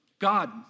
God